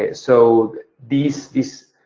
ah so these these